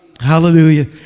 Hallelujah